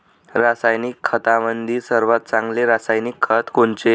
रासायनिक खतामंदी सर्वात चांगले रासायनिक खत कोनचे?